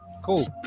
cool